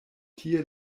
tie